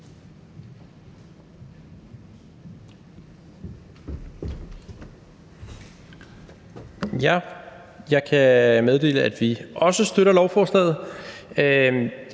Jeg kan meddele, at vi også støtter lovforslaget.